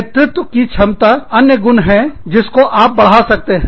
नेतृत्व की क्षमता अन्य गुण है जिसको आप बढ़ा सकते हैं